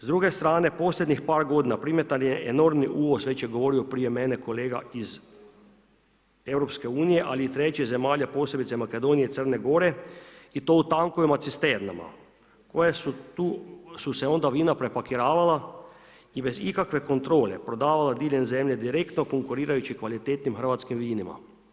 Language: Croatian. S druge strane, posljednjih par g. primjetan je enormni uvoz, već je govorio prije mene, kolega iz EU, ali i trećih zemalja, posebice Makedonije, Crne Gore i to u tankoj macisternama, koje su tu su se onda vina prepakiravala i bez ikakve kontrole prodavale diljem zemlje, direktno, konkurirajući kvalitetnim hrvatskim vinima.